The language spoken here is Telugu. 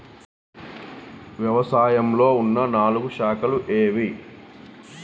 వ్యవసాయంలో ఉన్న నాలుగు శాఖలు ఏవి?